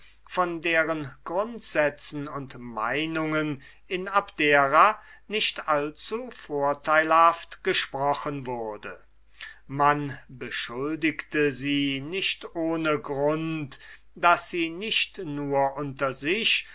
von deren grundsätzen und meinungen in abdera nicht allzuvorteilhaft gesprochen wurde sie wurden nicht ohne grund beschuldiget daß sie nicht nur unter sich